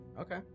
Okay